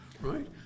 Right